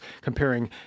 comparing